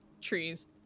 Trees